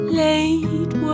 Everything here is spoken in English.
late